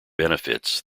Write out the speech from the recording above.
benefits